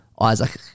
Isaac